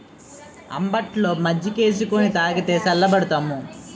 అంబట్లో మజ్జికేసుకొని తాగితే సల్లబడతాం